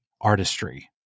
artistry